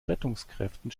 rettungskräften